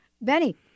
Benny